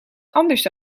anders